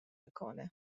میکنه